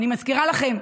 אני מזכירה לכם,